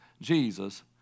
Jesus